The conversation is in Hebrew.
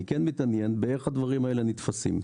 אני כן מתעניין איך הדברים האלה נתפסים.